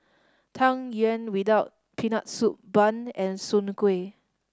Tang Yuen without Peanut Soup bun and Soon Kuih